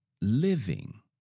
living